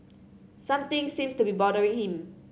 something seems to be bothering him